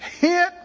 hit